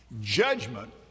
Judgment